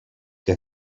que